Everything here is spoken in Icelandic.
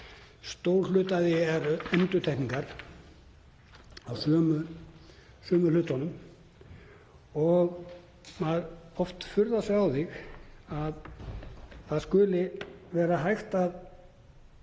stór hluti af því er endurtekningar á sömu hlutunum. Maður hefur oft furðað sig á því að það skuli vera hægt að